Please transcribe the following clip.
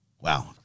wow